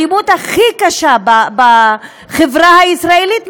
האלימות הכי קשה בחברה הישראלית,